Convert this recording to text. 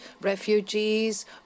refugees